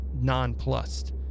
nonplussed